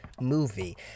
movie